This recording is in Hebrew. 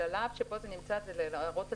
אני רוצה לחדד שזה נמצא בשלב של הערות הציבור.